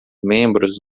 membros